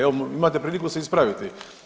Evo, imate priliku se ispraviti.